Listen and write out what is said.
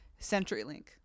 CenturyLink